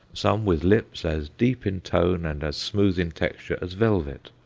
some with lips as deep in tone, and as smooth in texture, as velvet,